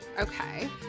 Okay